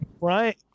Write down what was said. right